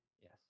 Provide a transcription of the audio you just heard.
Yes